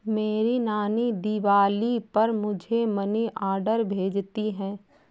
मेरी नानी दिवाली पर मुझे मनी ऑर्डर भेजती है